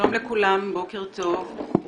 שלום לכולם, בוקר טוב,